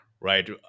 right